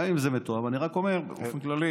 גם אם זה מתואם, אני רק אומר, באופן כללי.